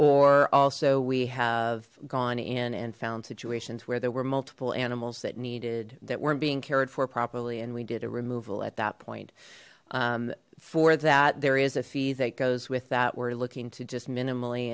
or also we have gone in and found situations where there were multiple animals that needed that weren't being cared for properly and we did a removal at that point for that there is a fee that goes with that we're looking to just minimally